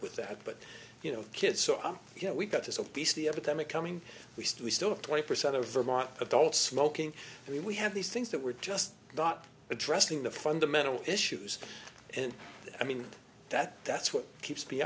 with that but you know kids so i get we got this obesity epidemic coming we still we still have twenty percent of vermont adults smoking i mean we have these things that we're just not addressing the fundamental issues and i mean that that's what keeps